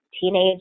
Teenage